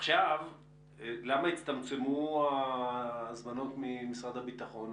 למה הצטמצמו ההזמנות ממשרד הביטחון?